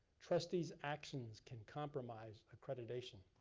trustee's actions can compromise accreditation.